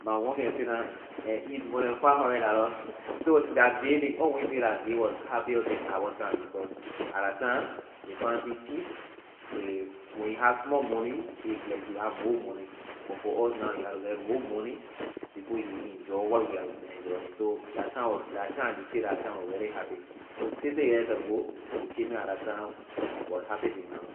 my one can sit down and eat more than five hudred dollarssola day ley can always say la day was happier than our time because at la time ley find thing cheap ley when you have small money is like you have more money but for us na you gatto get more money before you can enjoy what we are enjoying so la time was la time I can say la time was really happy so fifty years ago ley children at that time was happy than now.